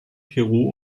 peru